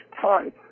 time